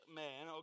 man